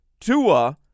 Tua